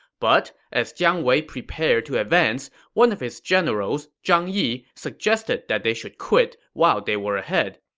but as jiang wei prepared to advance, one of his generals, zhang yi, suggested that they should quit while they were ahead.